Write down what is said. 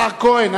השר כהן,